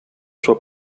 sua